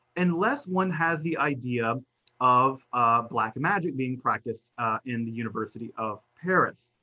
unless one has the idea of black magic being practiced in the university of paris.